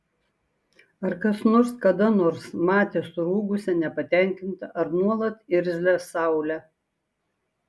ar kas nors kada nors matė surūgusią nepatenkintą ar nuolat irzlią saulę